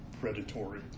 predatory